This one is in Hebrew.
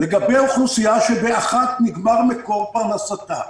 לגבי אוכלוסייה שבאחת נגמר מקור פרנסתה,